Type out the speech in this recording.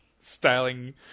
Styling